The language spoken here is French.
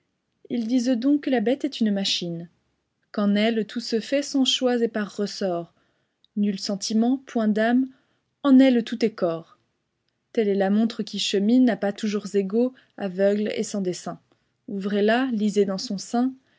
ils disent donc que la bête est une machine qu'en elle tout se fait sans choix et par ressorts nul sentiment point d'âme en elle tout est corps telle est la montre qui chemine à pas toujours égaux aveugle et sans dessein ouvrez-la lisez dans son sein